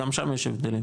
גם שם יש הבדלים?